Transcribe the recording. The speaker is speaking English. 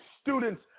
students